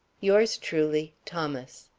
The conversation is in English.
yours truly, thomas.